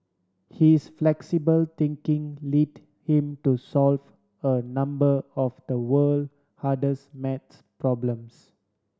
his flexible thinking led him to solve a number of the world hardest math problems